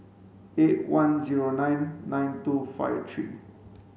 eight one zero nine nine two five three